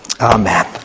Amen